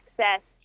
access